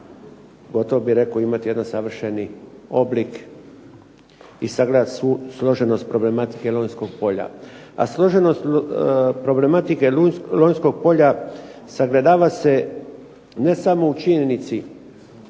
gotovo bih rekao imati jedan savršeni oblik i sagledati svu složenost problematike Lonjskog polja. A složenost problematike Lonjskog polja sagledava se ne samo u činjenici